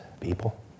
people